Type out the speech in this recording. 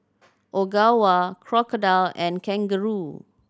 Ogawa Crocodile and Kangaroo